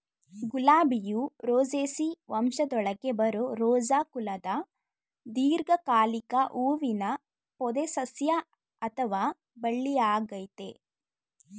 ಗುಲಾಬಿಯು Rosaceae ವಂಶದೊಳಗೆ ಬರೋ Rosa ಕುಲದ ದೀರ್ಘಕಾಲಿಕ ಹೂವಿನ ಪೊದೆಸಸ್ಯ ಅಥವಾ ಬಳ್ಳಿಯಾಗಯ್ತೆ